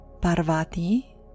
Parvati